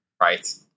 Right